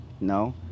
No